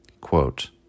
Quote